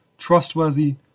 trustworthy